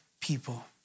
people